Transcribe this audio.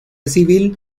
civil